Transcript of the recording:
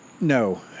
No